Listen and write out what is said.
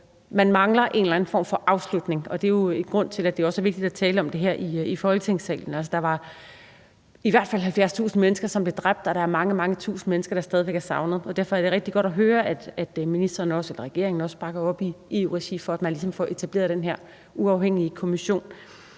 Og det er jo en grund til, at det også er vigtigt at tale om her i Folketingssalen. Altså, der var i hvert fald 70.000 mennesker, som blev dræbt, og der er mange, mange tusind mennesker, der stadig væk er savnet. Og derfor er det rigtig godt at høre, at ministeren og regeringen også bakker op om i EU-regi, at man ligesom får etableret den her uafhængige kommission.